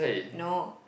no